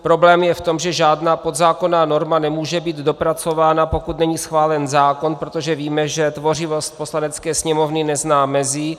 Problém je v tom, že žádná podzákonná norma nemůže být dopracována, pokud není schválen zákon, protože víme, že tvořivost Poslanecké sněmovny nezná mezí.